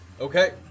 Okay